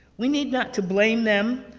we need not to blame them,